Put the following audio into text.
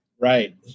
right